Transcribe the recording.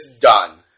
done